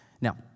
Now